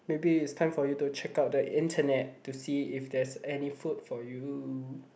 maybe it's time for you to check out the internet to see if there's any food for you